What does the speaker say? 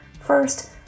First